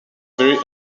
very